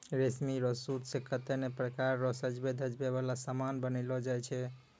रेशमी रो सूत से कतै नै प्रकार रो सजवै धजवै वाला समान बनैलो जाय छै